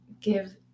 give